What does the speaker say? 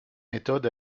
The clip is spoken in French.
méthode